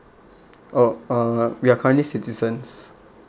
oh uh we are currently citizens